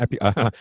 happy